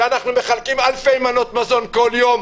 אנחנו מחלקים אלפי מנות מזון כל יום.